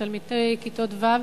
שתלמידי כיתות ו'